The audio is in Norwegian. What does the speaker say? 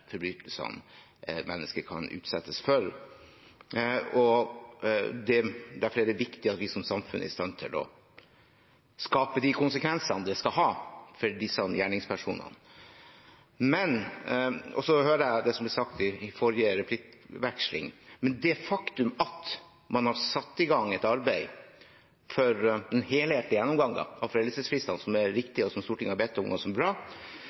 forbrytelsene mennesker kan utsettes for. Derfor er det viktig at vi som samfunn er i stand til å skape de konsekvensene det skal ha for disse gjerningspersonene. Jeg hørte det som ble sagt i forrige replikkveksling. Det faktum at man har satt i gang et arbeid for en helhetlig gjennomgang av foreldelsesfrister – som er riktig, som Stortinget har bedt om, og som er bra